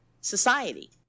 society